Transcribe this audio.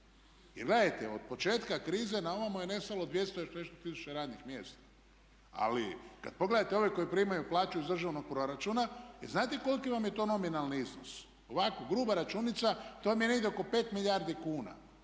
Gledajte, od početka krize na ovamo je nestalo 200 i još nešto tisuća radnih mjesta. Ali kad pogledate ove koji primaju plaću iz državnog proračuna jel' znate koliki vam je to nominalni iznos? Ovako gruba računica to vam je negdje oko 5 milijardi kuna.